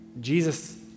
Jesus